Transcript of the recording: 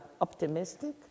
optimistic